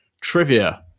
trivia